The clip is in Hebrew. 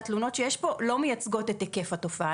התלונות שיש פה לא מייצגות את היקף התופעה.